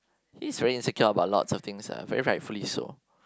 he's very insecure about lots of thing ah very rightfully so